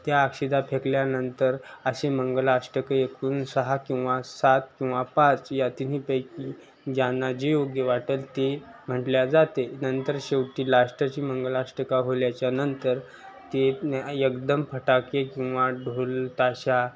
त्या अक्षता फेकल्यानंतर असे मंगलाष्टका एकूण सहा किंवा सात किंवा पाच या तिन्हीपैकी ज्यांना जे योग्य वाटेल ते म्हटले जाते नंतर शेवटी लास्टाची मंगलाष्टका झाल्याच्यानंतर ते एकदम फटाके किंवा ढोल ताशा